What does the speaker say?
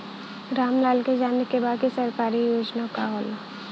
राम लाल के जाने के बा की सरकारी योजना का होला?